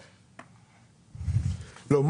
לא.